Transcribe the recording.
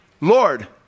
Lord